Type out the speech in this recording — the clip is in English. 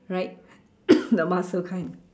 right the mussel kind